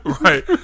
Right